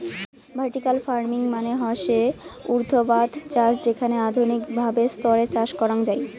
vertical farming মানে হসে উর্ধ্বাধ চাষ যেখানে আধুনিক ভাবে স্তরে চাষ করাঙ যাই